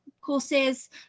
courses